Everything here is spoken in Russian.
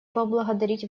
поблагодарить